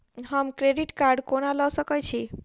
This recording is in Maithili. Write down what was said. हम क्रेडिट कार्ड कोना लऽ सकै छी?